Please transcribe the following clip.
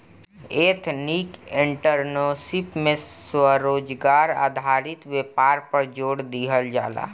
ethnic entrepreneurship में स्वरोजगार आधारित व्यापार पर जोड़ दीहल जाला